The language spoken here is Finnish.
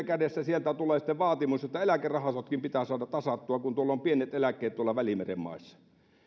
kädessä sieltä tulee sitten vaatimus että eläkerahastotkin pitää saada tasattua kun on pienet eläkkeet tuolla välimeren maissa